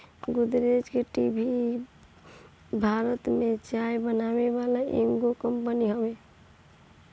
Godrej tea भी भारत में चाय बनावे वाला एगो कंपनी हवे